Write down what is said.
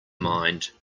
mind